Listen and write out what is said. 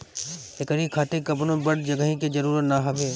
एकरी खातिर कवनो बड़ जगही के जरुरत ना हवे